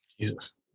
Jesus